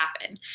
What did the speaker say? happen